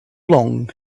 long